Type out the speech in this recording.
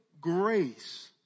grace